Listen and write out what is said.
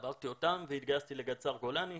עברתי אותם והתגייסתי לגדס"ר גולני,